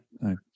no